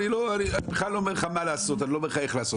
אני בכלל לא אומר לך מה לעשות ואיך לעשות,